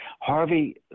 Harvey